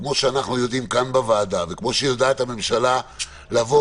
וכמו שאנחנו יודעים כאן בוועדה וכמו שיודעת הממשלה לבוא